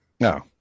no